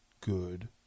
good